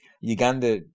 Uganda